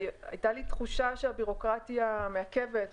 הייתה לי תחושה שהבירוקרטיה מעכבת,